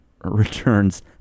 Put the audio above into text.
returns